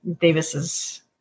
Davis's